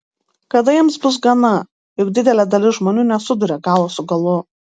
kada jiems bus gana juk didelė dalis žmonių nesuduria galo su galu